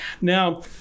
Now